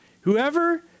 Whoever